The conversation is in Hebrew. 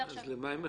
אז למה הם מחכים?